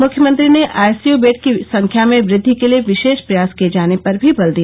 मुख्यमंत्री ने ICU bed की संख्या में वृद्धि के लिये विशेष प्रयास किये जाने पर भी बल दिया